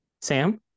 Sam